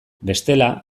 bestela